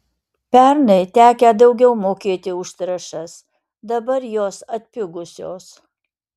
pernai tekę daugiau mokėti už trąšas dabar jos atpigusios